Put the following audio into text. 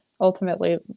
ultimately